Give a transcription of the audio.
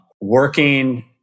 working